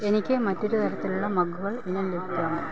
എനിക്ക് മറ്റൊരു തരത്തിലുള്ള മഗ്ഗുകൾ ഇനം ലഭിക്കുമോ